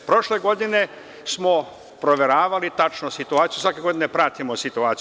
Prošle godine smo proveravali tačno situaciju i svake godine pratimo situaciju.